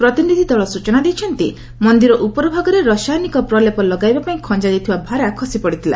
ପ୍ରତିନିଧି ଦଳ ସୂଚନା ଦେଇଛନ୍ତି ମନ୍ଦିର ଉପର ଭାଗରେ ରସାୟନିକ ପ୍ରଲେପ ଲଗାଇପାଇଁ ଖଞ୍ଜା ଯାଇଥିବା ଭାରା ଖସିପଡ଼ିଥିଲା